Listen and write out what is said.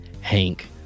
Hank